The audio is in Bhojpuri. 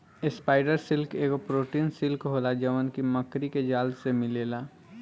स्पाइडर सिल्क एगो प्रोटीन सिल्क होला जवन की मकड़ी के जाल से मिलेला